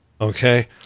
Okay